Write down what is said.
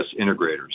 integrators